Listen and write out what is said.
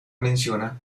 menciona